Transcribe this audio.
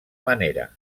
manera